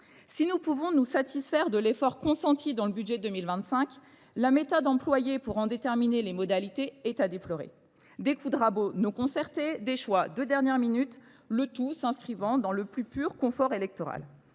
Si nous pouvons nous satisfaire de l'effort consenti dans le budget 2025, la méthode employée pour en déterminer les modalités est à déplorer. Des coups de rabots, nos concertées, des choix, deux dernières minutes, le tout s'inscrivant dans le plus pur confort électoral.